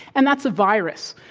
and that's a virus.